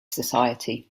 society